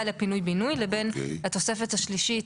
לפינוי בינוי לבין התוספת השלישית,